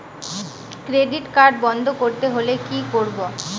Credit card বন্ধ করতে হলে কি করব?